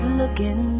looking